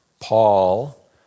Paul